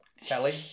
Kelly